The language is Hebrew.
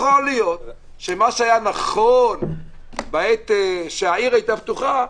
יכול להיות שמה שהיה נכון בעת שהעיר הייתה פתוחה,